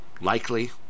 likely